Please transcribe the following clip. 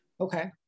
Okay